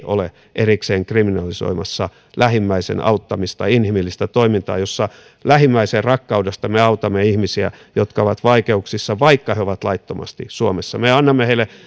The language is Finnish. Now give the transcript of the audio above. ole erikseen kriminalisoimassa lähimmäisen auttamista inhimillistä toimintaa jossa lähimmäisenrakkaudesta me autamme ihmisiä jotka ovat vaikeuksissa vaikka he ovat laittomasti suomessa me annamme heille